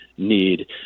need